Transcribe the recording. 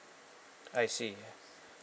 I see